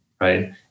right